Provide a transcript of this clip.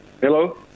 Hello